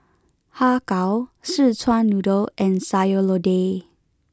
Har Kow Szechuan Noodle and Sayur Lodeh